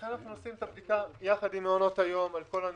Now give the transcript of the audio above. ולכן אנחנו עושים את הבדיקה יחד עם מעונות היום על כל הנתונים.